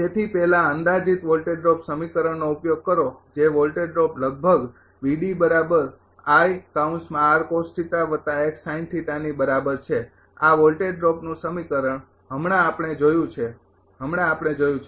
તેથી પહેલા અંદાજિત વોલ્ટેજ ડ્રોપ સમીકરણનો ઉપયોગ કરો જે વોલ્ટેજ ડ્રોપ લગભગ ની બરાબર છે આ વોલ્ટેજ ડ્રોપનું સમીકરણ હમણાં આપણે જોયું છે હમણાં આપણે જોયું છે